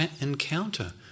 encounter